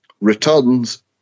returns